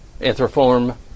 anthroform